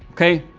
okay,